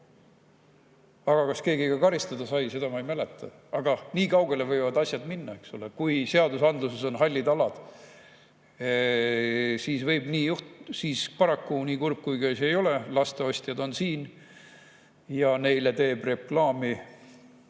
Kas keegi ka karistada sai, seda ma ei mäleta. Aga nii kaugele võivad asjad minna, eks ole, kui seadusandluses on hallid alad. Paraku, nii kurb kui see ka ei ole, lasteostjad on siin ja neile teeb reklaami